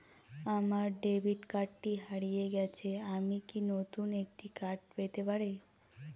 আমার ডেবিট কার্ডটি হারিয়ে গেছে আমি কি নতুন একটি কার্ড পেতে পারি?